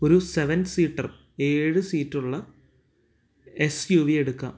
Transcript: ഒരു seven seater ഏഴ് seat ഉള്ള എസ് യു വി എടുക്കാം